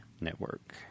Network